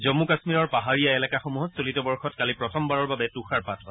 জম্মু কাশ্মীৰৰ পাহাৰীয়া এলেকাসমূহত চলিত বৰ্ষত কালি প্ৰথমবাৰৰ বাবে তুষাৰপাত হয়